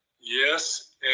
Yes